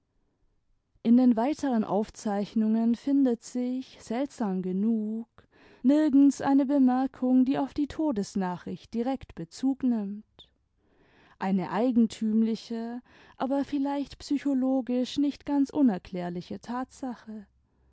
in den weiteren aufzeichnungen findet sich seltsam genug nirgend eine bemerkung die auf die todesnachricht direkt bezug nimmt eine eigentümliche aber vielleicht psychologisch nicht ganz unerklärliche tatsache